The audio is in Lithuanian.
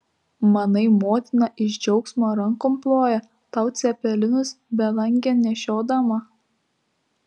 manai motina iš džiaugsmo rankom ploja tau cepelinus belangėn nešiodama